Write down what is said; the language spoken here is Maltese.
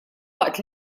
waqt